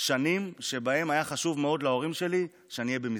שנים שבהן היה חשוב מאוד להורים שלי שאני אהיה במסגרת.